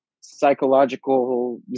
psychological